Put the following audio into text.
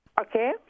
Okay